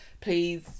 Please